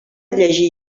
llegir